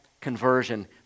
conversion